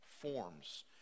forms